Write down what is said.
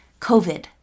COVID